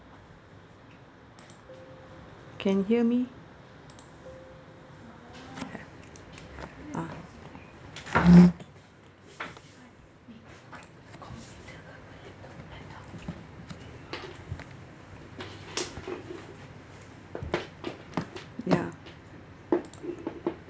can hear me uh ya